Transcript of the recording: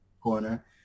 Corner